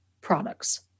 products